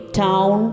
town